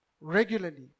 Regularly